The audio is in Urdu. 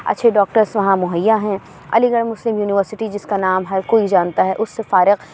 اچھے ڈاکٹرس وہاں مہیا ہیں علی گڑھ مسلم یونیورسٹی جس کا نام ہر کوئی جانتا ہے اس سے فارغ